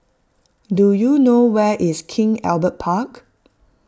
do you know where is King Albert Park